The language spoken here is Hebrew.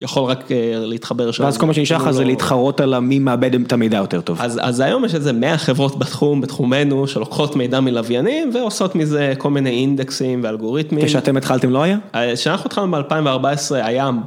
יכול רק להתחבר שם, אז כל מה שנשאר לך זה להתחרות על מי מעבד את המידע יותר טוב, אז היום יש איזה 100 חברות בתחום בתחומנו שלוקחות מידע מלוויינים ועושות מזה כל מיני אינדקסים ואלגוריתמים... כשאתם התחלתם לא היה? כשאנחנו התחלנו ב2014 היה.